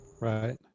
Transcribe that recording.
right